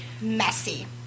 Messy